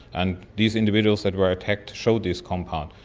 and these individuals that were attacked showed this compound.